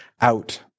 out